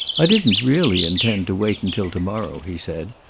i didn't really intend to wait until to-morrow, he said.